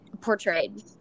portrayed